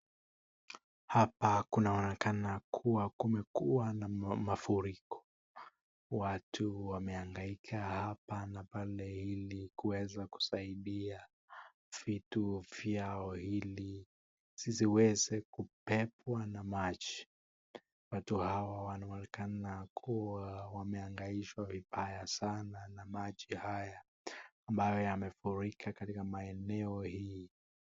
Hapa kunaonekana kuwa kumekuwa na mafuriko. Watu wamehangaika hapa na pale ili kuweza kusaidia vitu vyao visiweze kubebwa na maji. Watu hawa wanaonekana kuwa wamehangaishwa na maji haya ambayo yanaonekana kufurika katika eneo hili.